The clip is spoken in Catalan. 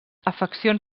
afeccions